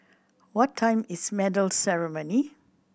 what time is medal ceremony